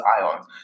ions